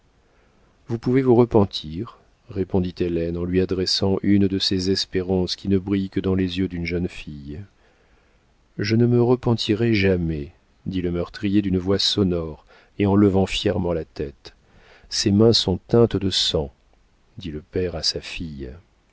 vous pouvez vous repentir répondit hélène en lui adressant une de ces espérances qui ne brillent que dans les yeux d'une jeune fille je ne me repentirai jamais dit le meurtrier d'une voix sonore et en levant fièrement la tête ses mains sont teintes de sang dit le père à sa fille